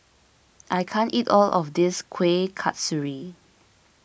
I can't eat all of this Kueh Kasturi